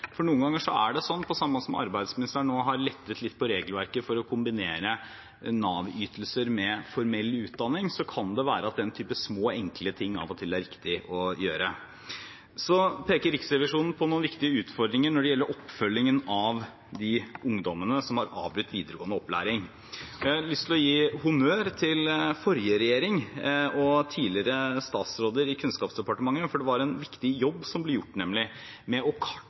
for noen ganger, på samme måte som at arbeidsministeren nå har lettet litt på regelverket for å kombinere Nav-ytelser med formell utdanning, kan det være at den typen små, enkle ting av og til er riktig å gjøre. Riksrevisjonen peker på noen viktige utfordringer når det gjelder oppfølgingen av de ungdommene som har avbrutt videregående opplæring. Jeg har lyst til å gi honnør til forrige regjering og tidligere statsråder i Kunnskapsdepartementet, for det var en viktig jobb som ble gjort med å kartlegge disse ungdommene. Oppfølgingstjenesten jobbet systematisk med